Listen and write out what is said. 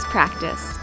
Practice